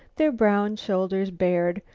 their brown shoulders bared,